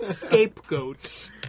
Scapegoat